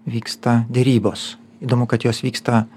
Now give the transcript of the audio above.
vyksta derybos įdomu kad jos vyksta